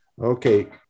Okay